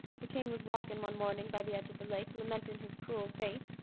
the king was walkin' one mornin' by the edge of the lake, lamentin' his cruel fate,